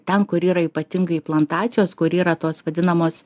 ten kur yra ypatingai plantacijos kur yra tos vadinamos